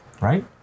right